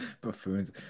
Buffoons